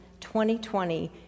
2020